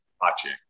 watching